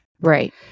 Right